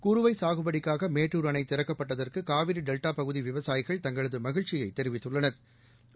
குறுவை சாகுபடிக்காக மேட்டூர் அணை திறக்கப்பட்டதற்கு காவிரி டெல்டா பகுதி விவசாயிகள் தங்களது மகிழ்ச்சியை தெரிவித்துள்ளனா்